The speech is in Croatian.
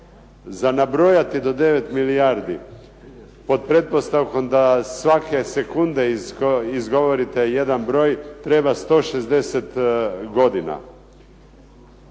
Za nabrojati do 9 milijardi, pod pretpostavkom da svake sekunde izgovorite jedan broj treba 160 godina.